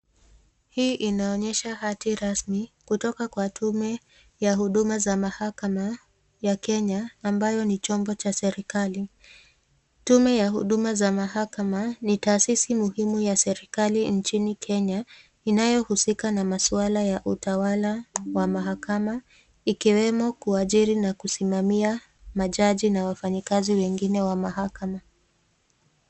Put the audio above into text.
Hii inaonyesha hati rasmi kutoka kwa Tume ya Huduma za Mahakama ya Kenya, ambayo ni chombo cha serikali. Tume ya Huduma za Mahakama ni taasisi muhimu ya serikali nchini Kenya inayohusika na maswala ya utawala wa mahakama, ikiwemo kuajiri na kusimamia majaji na wafanyakazi wengine wa mahakama.